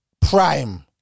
Prime